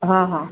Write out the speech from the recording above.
ହଁ ହଁ